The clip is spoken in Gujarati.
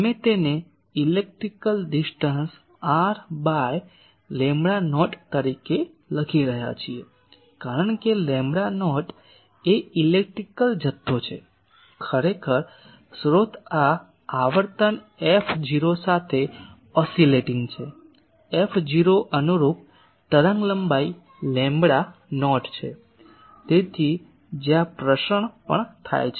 અમે તેને electrical distance r by lambda naught તરીકે લખી રહ્યા છીએ કારણ કે લેમ્બડા નોટ એ ઇલેક્ટ્રિકલ જથ્થો છે ખરેખર સ્રોત આ આવર્તન f0 સાથે ઓસિલેટીંગ છે f0 અનુરૂપ તરંગલંબાઇ લેમ્બડા નોટ છે તેથી જ્યાં પ્રસરણ પણ થાય છે